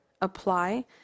apply